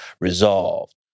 resolved